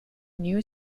new